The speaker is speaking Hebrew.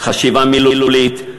חשיבה מילולית,